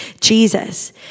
Jesus